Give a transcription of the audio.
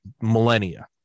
millennia